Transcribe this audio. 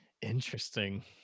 Interesting